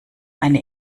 eine